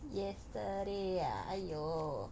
yesterday ah !aiyo!